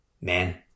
man